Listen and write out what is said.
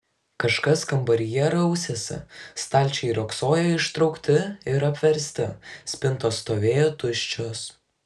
kažkas kambaryje rausėsi stalčiai riogsojo ištraukti ir apversti spintos stovėjo tuščios